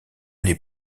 les